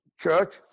church